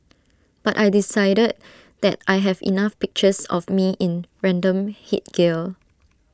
but I decided that I have enough pictures of me in random headgear